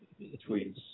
tweets